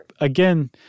again